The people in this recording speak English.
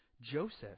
Joseph